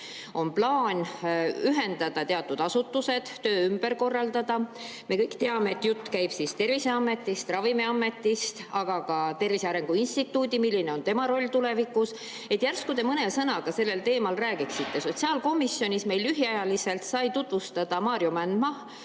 On plaan ühendada teatud asutused ja töö ümber korraldada. Me kõik teame, et jutt käib Terviseametist ja Ravimiametist, aga ka Tervise Arengu Instituudist ning sellest, milline on tema roll tulevikus. Järsku te mõne sõnaga sellel teemal räägiksite? Sotsiaalkomisjonis meile lühiajaliselt seda tutvustas Maarjo Mändmaa,